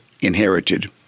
inherited